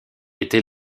était